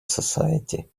society